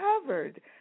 covered